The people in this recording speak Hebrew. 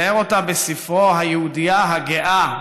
תיאר אותה בספרו "היהודייה הגאה,